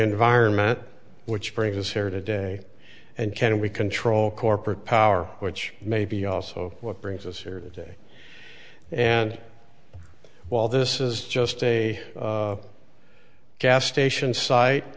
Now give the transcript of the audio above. environment which brings us here today and can we control corporate power which may be also what brings us here today and while this is just a gas station site